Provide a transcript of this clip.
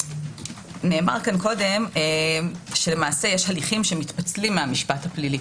נאמר כאן קודם שלמעשה יש הליכים שמתפצלים מהמשפט הפלילי,